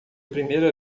primeira